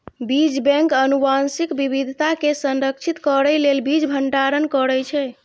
बीज बैंक आनुवंशिक विविधता कें संरक्षित करै लेल बीज भंडारण करै छै